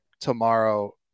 tomorrow